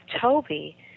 Toby